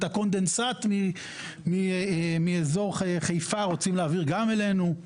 את הקונדנסט מאזור חיפה רוצים להעביר גם אלינו.